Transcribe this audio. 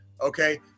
okay